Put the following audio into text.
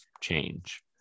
change